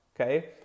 okay